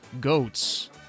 goats